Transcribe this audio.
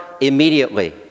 immediately